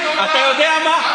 אתה יודע מה,